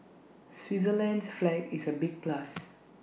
Switzerland's flag is A big plus